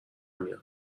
میاد